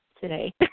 today